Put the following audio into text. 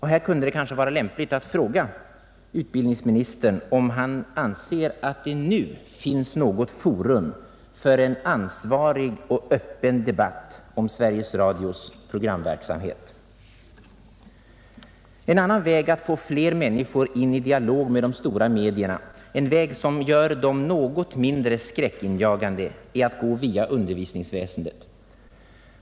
Här kundet det kanske vara lämpligt att fråga utbildningsministern, om han anser att det nu finns något forum för en ansvarig och öppen debatt om Sveriges Radios programverksamhet. En annan väg att få fler människor in i en dialog med de stora medierna — en väg som gör dessa något mindre skräckinjagande — är att gå via undervisningsväsendet.